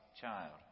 child